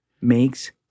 Makes